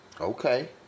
Okay